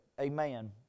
Amen